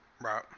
Right